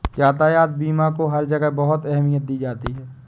यातायात बीमा को हर जगह बहुत अहमियत दी जाती है